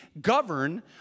govern